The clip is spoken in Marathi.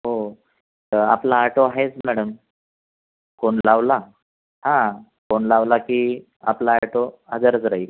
हो तर आपला ॲटो आहेच मॅडम फोन लावला हा फोन लावला की आपला ॲटो हजरच राहील